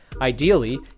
Ideally